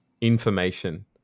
information